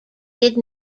did